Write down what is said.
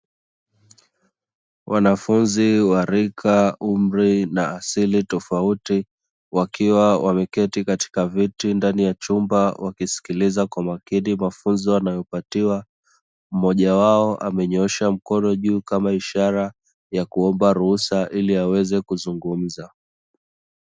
Wanafunzi wa rika, umri na asili tofauti, wakiwa wameketi katika viti ndani ya chumba wakisikiliza kwa makini mafunzo wanayo patiwa mmoja wao amenyoosha mkono juu kama ishara ya kuomba ruhusa ili aweze kuzungumza.